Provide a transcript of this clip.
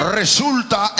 resulta